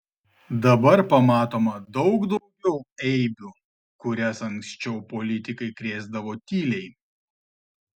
dabar pamatoma daug daugiau eibių kurias anksčiau politikai krėsdavo tyliai